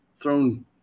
thrown